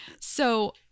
So-